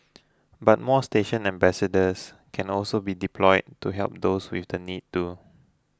but more station ambassadors can also be deployed to help those with the need too